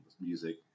music